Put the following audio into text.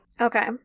Okay